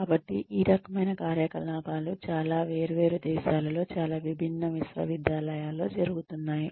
కాబట్టి ఈ రకమైన కార్యకలాపాలు చాలా వేర్వేరు దేశాలలో చాలా విభిన్న విశ్వవిద్యాలయాలలో జరుగుతున్నాయి